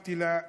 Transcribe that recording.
אמרתי לה: